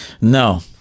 No